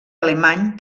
alemany